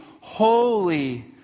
holy